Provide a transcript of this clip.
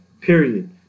Period